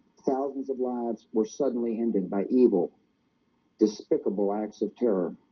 thousands of lives were suddenly ended by evil despicable acts of terror